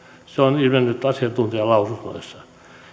se on ilmennyt asiantuntijalausunnoista